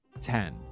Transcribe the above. Ten